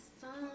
song